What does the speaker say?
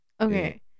okay